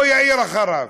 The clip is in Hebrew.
ויבוא יאיר אחריו.